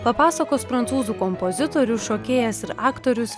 papasakos prancūzų kompozitorius šokėjas ir aktorius